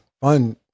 fun